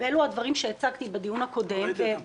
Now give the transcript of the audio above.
ואלה הדברים שהצגתי בדיון הקודם.